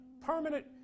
permanent